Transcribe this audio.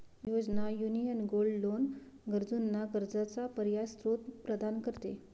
योजना, union gold loan गरजूंना कर्जाचा पर्यायी स्त्रोत प्रदान करते